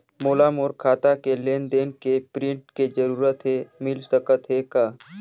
मोला मोर खाता के लेन देन के प्रिंट के जरूरत हे मिल सकत हे का?